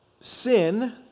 sin